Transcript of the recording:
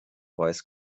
voice